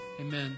Amen